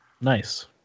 Nice